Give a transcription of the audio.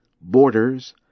borders